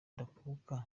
ndakuka